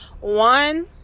One